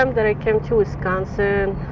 um that i came to wisconsin,